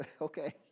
Okay